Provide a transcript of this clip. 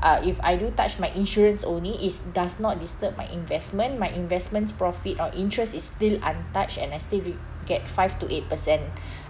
uh if I do touch my insurance only is does not disturb my investment my investments profit or interests is still untouched and I still reap get five to eight percent